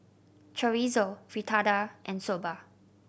Chorizo Fritada and Soba